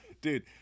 Dude